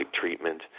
treatment